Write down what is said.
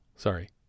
Sorry